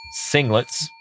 singlets